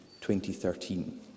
2013